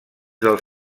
dels